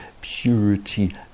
purity